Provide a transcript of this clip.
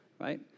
right